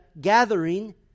gathering